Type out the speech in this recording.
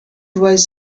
was